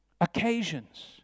occasions